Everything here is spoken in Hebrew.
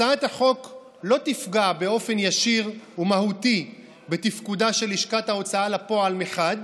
הצעת החוק לא תפגע באופן ישיר ומהותי בתפקודה של לשכת ההוצאה לפועל מחד,